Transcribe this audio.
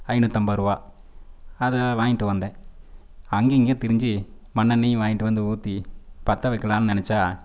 ஐநூற்றம்பது ரூபா அதை வாங்கிட்டு வந்தேன் அங்கேயும் இங்கேயும் திரிஞ்சு மண்ணெண்ணெயும் வாங்கிட்டு வந்து ஊற்றி பற்ற வைக்கலான்னு நினச்சா